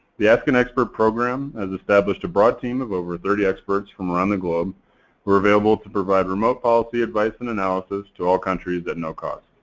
the ask an expert program has established a broad them of over thirty experts from around the globe are available to provide remote policy advice and analysis to all countries at no cost.